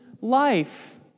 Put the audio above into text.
life